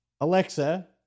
Alexa